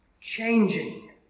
changing